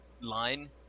line